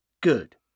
Good